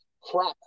crap